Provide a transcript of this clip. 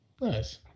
Nice